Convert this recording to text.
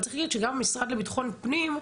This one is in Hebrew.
אבל צריך להגיד שגם המשרד לבטחון פים,